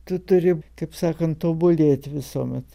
tu turi kaip sakant tobulėt visuomet